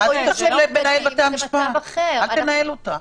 זה נקרא "לעצור"